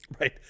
Right